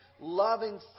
loving